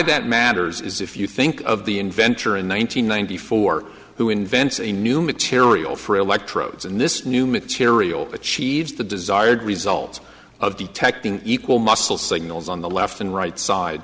that matters is if you think of the inventor in one nine hundred ninety four who invents a new material for electrodes and this new material achieves the desired result of detecting equal muscle signals on the left and right side